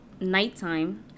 nighttime